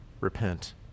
repent